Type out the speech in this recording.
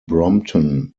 brompton